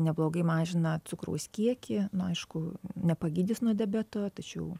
neblogai mažina cukraus kiekį na aišku nepagydys nuo diabeto tačiau